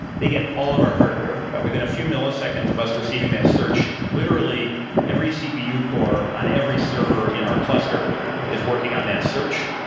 they get all of our hardware. within a few milliseconds of us receiving that search, literally every cpu core on every server in our cluster is working on that search.